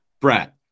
Brett